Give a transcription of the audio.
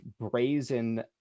brazen